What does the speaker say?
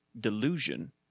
delusion